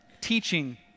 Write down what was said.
Teaching